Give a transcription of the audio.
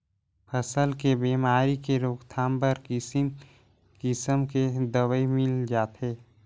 फसल के बेमारी के रोकथाम बर किसिम किसम के दवई मिल जाथे